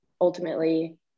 ultimately